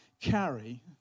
carry